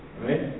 right